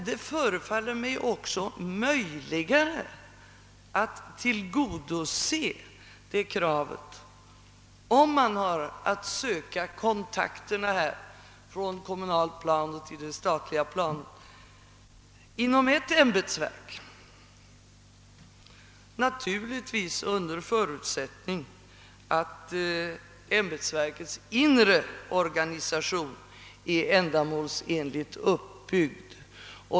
Det synes mig också vara möjligare att tillgodose detta krav om man har att söka kontakterna från det kommunala planet till det statliga planet inom ett ämbetsverk, naturligtvis under förutsättning att ämbetsverkets inre organisation är ändamålsenligt uppbyggd.